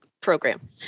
program